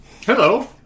Hello